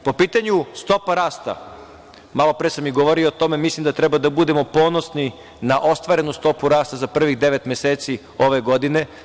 Po pitanju stopa rasta, malopre sam govorio o tome, mislim da treba da budemo ponosni na ostvarenu stopu rasta za prvih devet meseci ove godine.